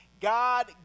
God